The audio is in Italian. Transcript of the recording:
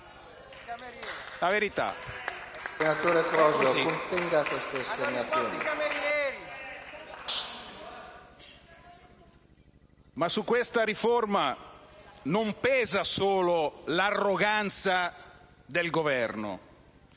*(LN-Aut)*. Ma su questa riforma non pesa solo l'arroganza del Governo;